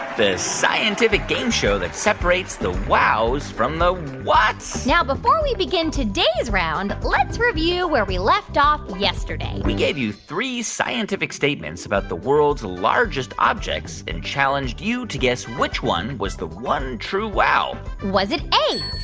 the scientific game show that separates the wows from the whats now, before we begin today's round, let's review where we left off yesterday we gave you three scientific statements about the world's largest objects and challenged you to guess which one was the one true wow was it a,